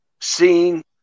seeing